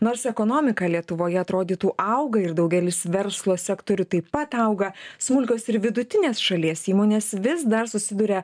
nors ekonomika lietuvoje atrodytų auga ir daugelis verslo sektorių taip pat auga smulkios ir vidutinės šalies įmonės vis dar susiduria